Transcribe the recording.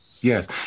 yes